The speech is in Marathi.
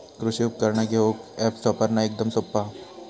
कृषि उपकरणा घेऊक अॅप्स वापरना एकदम सोप्पा हा